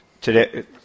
today